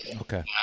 Okay